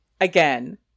again